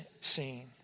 seen